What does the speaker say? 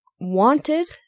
wanted